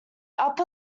upper